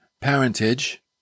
parentage